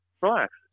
Relax